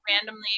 randomly